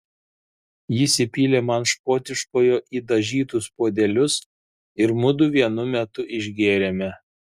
jis įpylė man škotiškojo į dažytus puodelius ir mudu vienu metu išgėrėme